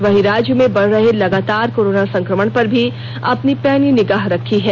वहीं राज्य में बढ़ रहे लगातार कोरोना संकमण पर भी अपनी पैनी निगाह रखी है